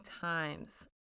times